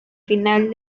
final